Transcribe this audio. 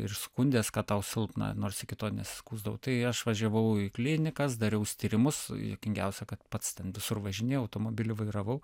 ir skundės kad tau silpna nors iki tol neskųsdavau tai aš važiavau į klinikas dariausi tyrimus tai juokingiausia kad pats ten visur važinėjau automobiliu vairavau